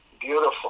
Beautiful